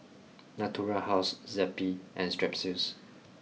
Natura House Zappy and Strepsils